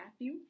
matthew